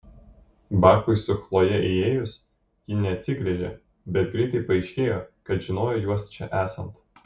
bakui su chloje įėjus ji neatsigręžė bet greitai paaiškėjo kad žinojo juos čia esant